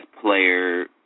player